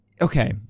okay